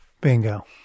bingo